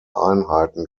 einheiten